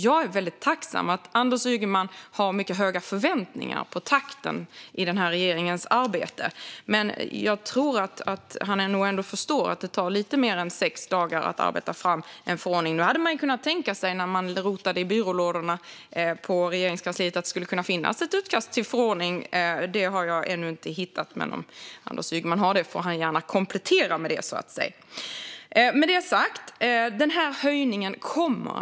Jag är väldigt tacksam för att Anders Ygeman har mycket höga förväntningar på takten i den här regeringens arbete, men jag tror att han nog ändå förstår att det tar lite mer än sex dagar att arbeta fram en förordning. Nu hade man kunnat tänka sig när man rotade i byrålådorna på Regeringskansliet att det skulle kunna finnas ett utkast till förordning. Det har jag ännu inte hittat. Men om Anders Ygeman har det får han gärna komplettera med det. Den här höjningen kommer.